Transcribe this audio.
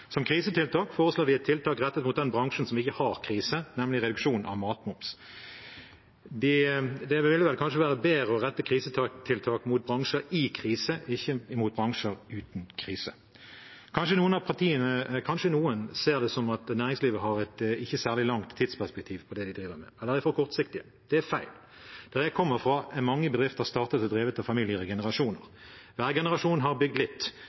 Som krisetiltak foreslår de et tiltak rettet mot den bransjen som ikke er i krise, nemlig reduksjon av matmoms. Det ville vel kanskje være bedre å rette krisetiltak mot bransjer i krise, ikke mot bransjer uten krise. Kanskje noen ser det som at næringslivet har et ikke særlig langt tidsperspektiv på det de driver med, eller er for kortsiktige. Det er feil. Der jeg kommer fra, er mange bedrifter startet og drevet av familier i generasjoner. Hver generasjon har bygd litt,